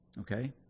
Okay